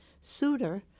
Souter